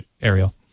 Ariel